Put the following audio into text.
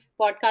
podcast